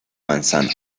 manzana